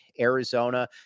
Arizona